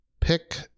pick